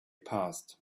passed